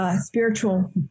spiritual